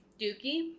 Dookie